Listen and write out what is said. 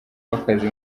w’akazi